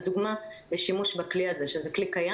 זו דוגמה לשימוש בכלי קיים.